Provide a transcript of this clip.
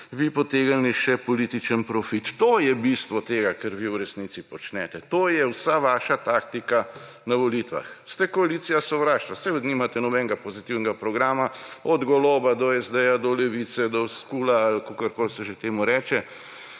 vi potegnili še politični profit. To je bistvo tega, kar vi v resnici počnete! To je vsa vaša taktika na volitvah. Ste koalicija sovraštva, saj nimate nobenega pozitivnega programa od Goloba, do SD, do Levice, do KUL-a ali kakorkoli se že temu reče.